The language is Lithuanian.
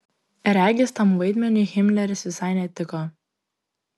regis tam vaidmeniui himleris visai netiko